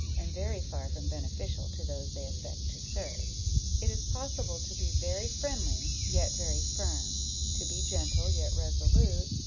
and very far from beneficial to those they affect to serve it is possible to be very friendly, yet very firm to be gentle, yet resolute,